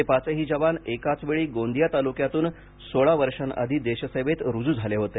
हे पाचही जवान एकाच वेळी गोंदिया तालुक्यातून सोळा वर्षांआधी देशसेवेत रुजू झाले होते